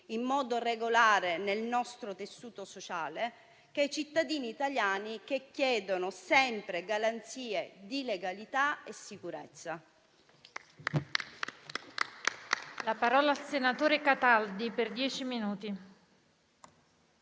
in modo regolare nel nostro tessuto sociale, sia ai cittadini italiani che chiedono sempre garanzie di legalità e sicurezza.